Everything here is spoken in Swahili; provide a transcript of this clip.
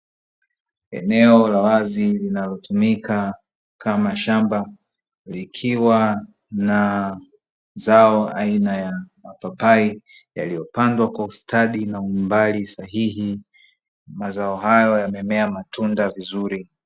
Eneo la wazi linalo tumika kama shamba likiwa na zao aina ya mapapai yaliyo pandwa kwa ustadi na umbali sahii, mazao hayo yamemea matunda vizuri.